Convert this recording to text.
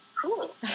cool